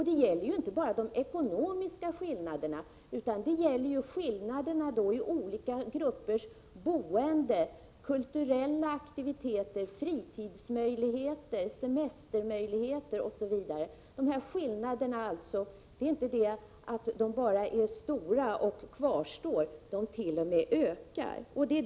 Det gäller inte bara de ekonomiska skillnaderna, utan det gäller skillnaderna olika grupper emellan i boende, kulturella aktiviteter, fritidsmöjligheter, semestermöjligheter, osv. Det är inte bara så att skillnaderna är stora och kvarstår, det.o.m. ökar!